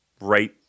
Right